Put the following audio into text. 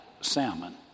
Salmon